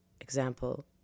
Example